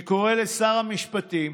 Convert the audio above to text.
אני קורא לשר המשפטים